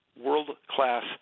world-class